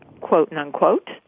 quote-unquote